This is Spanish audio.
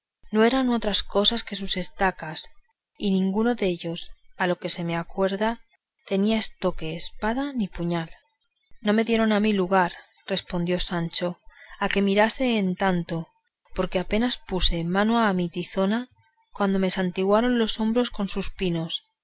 no eran otras que sus estacas y ninguno dellos a lo que se me acuerda tenía estoque espada ni puñal no me dieron a mí lugar respondió sancho a que mirase en tanto porque apenas puse mano a mi tizona cuando me santiguaron los hombros con sus pinos